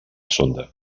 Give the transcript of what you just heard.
sonda